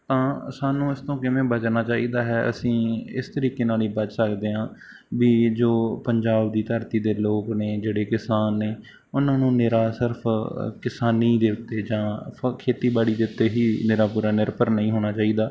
ਤਾਂ ਸਾਨੂੰ ਇਸ ਤੋਂ ਕਿਵੇਂ ਬਚਣਾ ਚਾਹੀਦਾ ਹੈ ਅਸੀਂ ਇਸ ਤਰੀਕੇ ਨਾਲ ਹੀ ਬਚ ਸਕਦੇ ਹਾਂ ਵੀ ਜੋ ਪੰਜਾਬ ਦੀ ਧਰਤੀ ਦੇ ਲੋਕ ਨੇ ਜਿਹੜੇ ਕਿਸਾਨ ਨੇ ਉਹਨਾਂ ਨੂੰ ਨਿਰਾ ਸਿਰਫ ਕਿਸਾਨੀ ਦੇ ਉੱਤੇ ਜਾਂ ਫ ਖੇਤੀਬਾੜੀ ਦੇ ਉੱਤੇ ਹੀ ਨਿਰਾ ਪੂਰਾ ਨਿਰਭਰ ਨਹੀਂ ਹੋਣਾ ਚਾਹੀਦਾ